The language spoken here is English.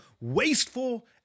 wasteful